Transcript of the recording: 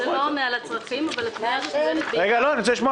אני מאגף התקציבים במשרד החוץ.